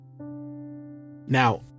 Now